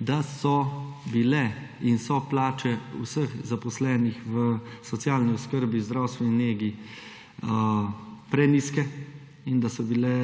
da so bile in so plače vseh zaposlenih v socialni oskrbi, zdravstveni negi, prenizke in da so bile